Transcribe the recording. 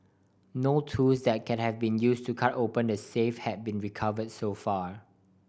no tools that can have been use to cut open the safe have been recover so far